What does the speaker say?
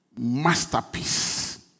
masterpiece